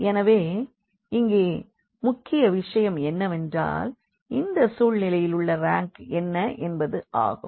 எனவே இங்கே முக்கிய விஷயம் என்னவென்றால் இந்த சூழ்நிலையிலுள்ள ரேங்க் என்ன என்பது ஆகும்